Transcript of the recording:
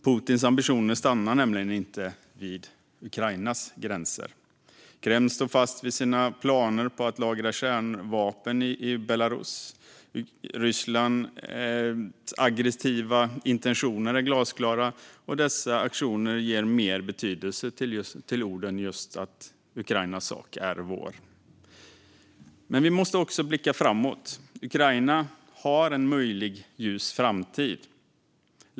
Putins ambitioner stannar nämligen inte vid Ukrainas gränser. Kreml står fast vid sina planer på att lagra kärnvapen i Belarus. Rysslands aggressiva intentioner är glasklara. Dessa aktioner ger mer betydelse till orden att Ukrainas sak är vår. Vi måste också blicka framåt. Ukraina har en möjlig ljus framtid.